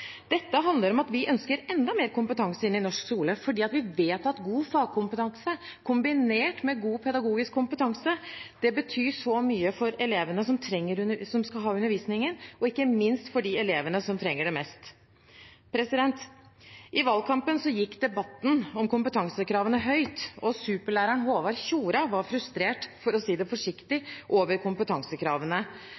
Dette handler om at vi ønsker enda mer kompetanse i norsk skole, fordi vi vet at god fagkompetanse kombinert med god pedagogisk kompetanse betyr så mye for elevene som skal ha undervisningen, og ikke minst for de elevene som trenger det mest. I valgkampen gikk debatten om kompetansekravene høyt, og superlæreren Håvard Tjora var frustrert, for å si det forsiktig,